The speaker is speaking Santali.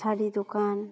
ᱥᱟᱹᱲᱤ ᱫᱚᱠᱟᱱ